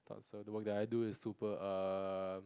so the work that I do is super erm